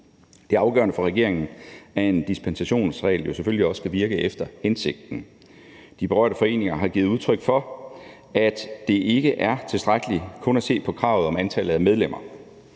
er afgørende for regeringen, at en dispensationsregel selvfølgelig også skal virke efter hensigten. De berørte foreninger har givet udtryk for, at det ikke er tilstrækkeligt kun at se på kravet om antallet af medlemmer.